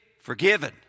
forgiven